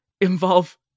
involve